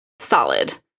solid